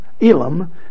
Elam